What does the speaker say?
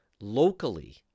Locally